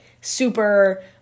super